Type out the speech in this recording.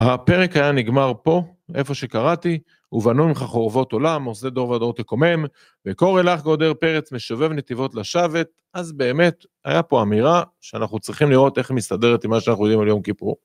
הפרק היה נגמר פה, איפה שקראתי, ובנו ממך חורבות עולם, עושה דור ודור תקומם, וקורא לך גודר פרץ, משובב נתיבות לשבת, אז באמת, היה פה אמירה, שאנחנו צריכים לראות איך היא מסתדרת עם מה שאנחנו יודעים על יום כיפור.